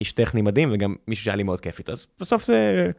איש טכני מדהים וגם מישהו שהיה לי מאוד כיף איתן, אז בסוף זה...